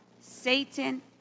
Satan